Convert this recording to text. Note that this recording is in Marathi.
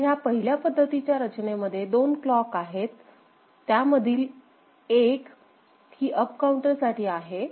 तर ह्या पहिल्या पद्धतीच्या रचनेमध्ये दोन क्लॉक आहेत त्यामधील एक ही अप काउंटर साठी आहे